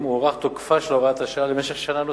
הוארך תוקפה של הוראת השעה למשך שנה נוספת,